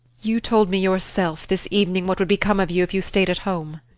you told me yourself, this evening, what would become of you if you stayed at home.